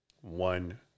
One